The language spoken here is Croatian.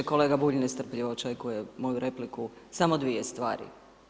Kolega Bulj nestrpljivo očekuje moju repliku, samo dvije stvari.